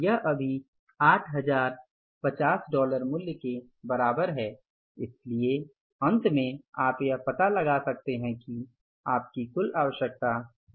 यह अभी 8050 डॉलर मूल्य के बराबर है इसलिए अंत में आप यह पता लगा सकते हैं कि आपकी कुल आवश्यकता क्या है